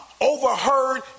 overheard